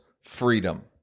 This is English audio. freedom